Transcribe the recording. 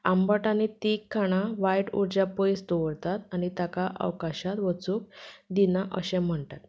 आबंट आनी तीख खाणा वायट उर्जा पयस दवरतात आनी ताका अवकाशांत वचूंक दिनात अशें म्हणटात